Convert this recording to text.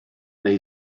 neu